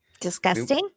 disgusting